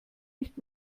nicht